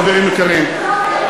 חברים יקרים,